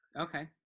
Okay